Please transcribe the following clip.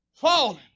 falling